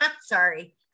Sorry